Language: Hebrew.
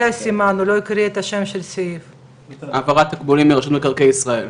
והשומות לא היו נכונות וכבר עסקאות נעשו וכו'